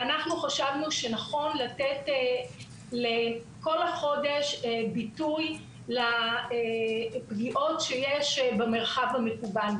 חשבנו שנכון לתת לכל החודש ביטוי לפגיעות שיש במרחב המקוון.